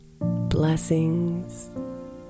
Blessings